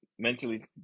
mentally